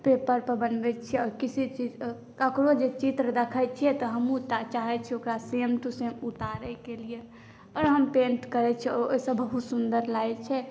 paper पर बनबै छीयै आओर किसी चीज़ ककरो जे चित्र देखै छियै तऽ हमहुँ चाहै छियै ओकरा सेम टु सेम उतारयके लिय आओर हम पैंट करै छियै ओ ओहिसॅं बहुत सुन्दर लागै छै